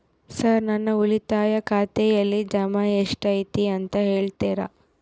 Sir ನನ್ನ ಉಳಿತಾಯ ಖಾತೆಯಲ್ಲಿ ಜಮಾ ಎಷ್ಟು ಐತಿ ಅಂತ ಹೇಳ್ತೇರಾ?